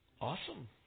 Awesome